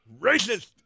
Racist